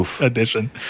Edition